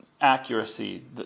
accuracy